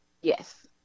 yes